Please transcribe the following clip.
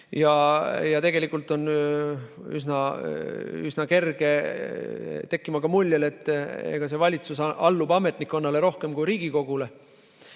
tegelikult on üsna kerge tekkima ka mulje, et see valitsus allub ametnikkonnale rohkem kui Riigikogule